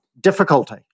difficulty